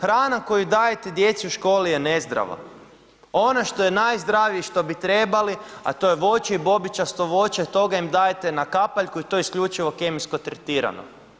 Hrana koju dajete djeci u školi je nezdrava, ono što je najzdravije i što bi trebali, a to je voće i bobičasto voće, a toga im dajete na kapaljku i to je isključivo kemijsko tretirano.